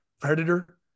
Predator